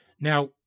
Now